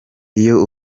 iyo